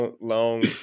long